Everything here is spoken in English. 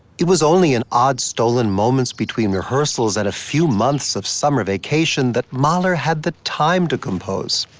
it was only in odd stolen moments between rehearsals and a few months of summer vacation that mahler had the time to compose.